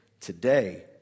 today